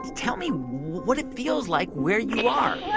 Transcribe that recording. tell me what it feels like where you are